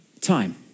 time